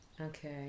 Okay